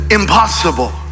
impossible